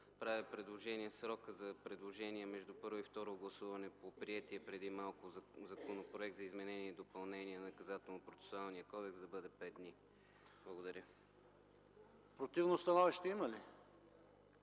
правя предложение срокът за предложения между първо и второ гласуване на приетия преди малко Законопроект за изменение и допълнение на Наказателно-процесуалния кодекс да бъде 5 дни. Благодаря. ПРЕДСЕДАТЕЛ ПАВЕЛ